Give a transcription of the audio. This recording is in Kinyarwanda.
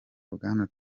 bwana